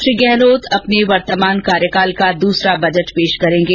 श्री गहलोत अपने वर्तमान कार्यकाल का दूसरा बजट पेश करेंगे